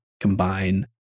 combine